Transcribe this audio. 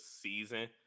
season